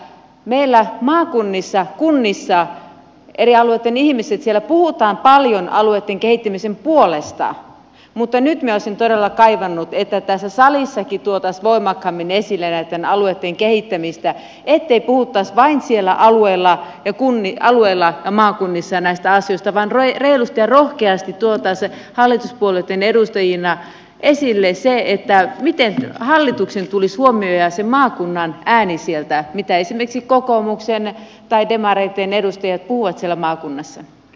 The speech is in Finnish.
meillä maakunnissa kunnissa eri alueitten ihmiset puhuvat paljon alueitten kehittämisen puolesta mutta nyt minä olisin todella kaivannut että tässä salissakin tuotaisiin voimakkaammin esille näitten alueitten kehittämistä ettei puhuttaisi vain siellä alueilla ja maakunnissa näistä asioista vaan reilusti ja rohkeasti tuotaisiin hallituspuolueitten edustajina esille miten hallituksen tulisi huomioida se maakunnan ääni sieltä mitä esimerkiksi kokoomuksen tai demareitten edustajat puhuvat maakunnassa